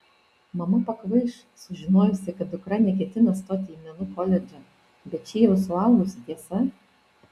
mama pakvaiš sužinojusi kad dukra neketina stoti į menų koledžą bet ši jau suaugusi tiesa